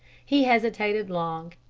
he hesitated long.